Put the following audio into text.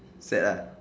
sad ah